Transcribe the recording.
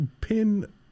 pin